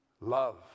love